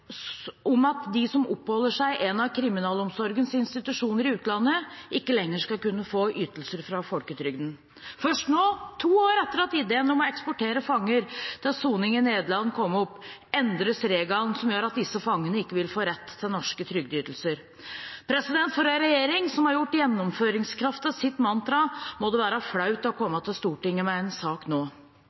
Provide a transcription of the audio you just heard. ideen om å eksportere fanger til soning i Nederland kom opp, endres reglene som gjør at disse fangene ikke vil få rett til norske trygdeytelser. For en regjering som har gjort gjennomføringskraft til sitt mantra, må det være flaut å komme til Stortinget med en sak nå.